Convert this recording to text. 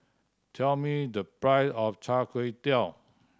tell me the price of chai kway tow